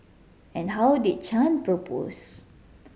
and how did Chan propose